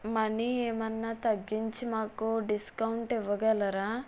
money ఏమన్నా తగ్గించి మాకు డిస్కౌంట్ ఇవ్వగలరా